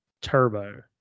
Turbo